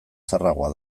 zaharragoa